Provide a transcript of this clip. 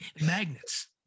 magnets